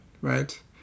right